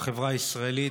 בחברה הישראלית,